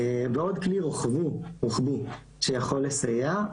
עוד כלי רוחבי שיכול לסייע,